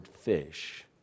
fish